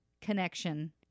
connection